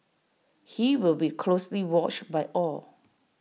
he will be closely watched by all